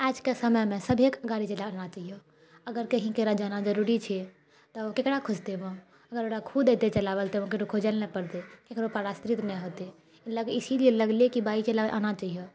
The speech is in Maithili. आजके समयमे सभीके गाड़ी चलाना आना चाहिए अगर कही केकरो जाना जरुरी छै तऽ ओ केकरा खोजते अगर रखो देते चलाबैले तऽ केकरो खोजैले नहि पड़तै केकरो पर आश्रित नहि होतै इसिलिए लगले कि बाइक चलाबै आना चाहिए